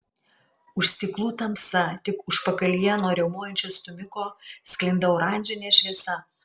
už stiklų tamsa tik užpakalyje nuo riaumojančio stūmiko sklinda oranžinė šviesa